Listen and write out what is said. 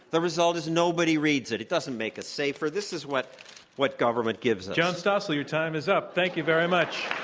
the result is nobody reads it. it doesn't make us safer. this is what what government gives us. john stossel, your time is up. thank you very much.